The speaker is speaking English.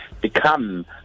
become